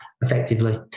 effectively